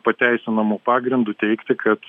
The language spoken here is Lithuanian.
pateisinamu pagrindu teigti kad